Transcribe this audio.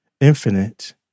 infinite